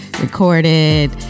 recorded